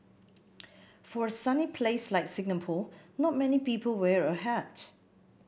for a sunny place like Singapore not many people wear a hat